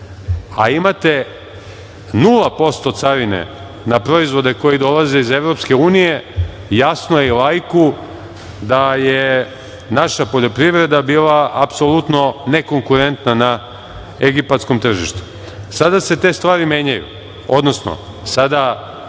a imate 0% carine na proizvode koji dolaze iz EU, jasno je i laiku da je naša poljoprivreda bila apsolutno nekonkurentna na egipatskom tržištu. Sada se te stvari menjaju, odnosno sada